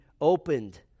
opened